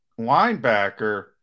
linebacker